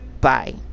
Bye